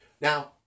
Now